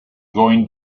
going